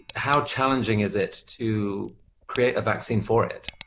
how challenging is it to create a vaccine for it?